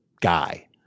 guy